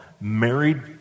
married